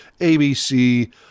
ABC